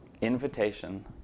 Invitation